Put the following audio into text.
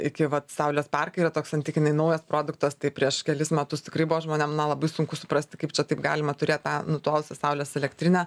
iki vat saulės parkai yra toks santykinai naujas produktas tai prieš kelis metus tikrai buvo žmonėm na labai sunku suprasti kaip čia taip galima turėt tą nutolusią saulės elektrinę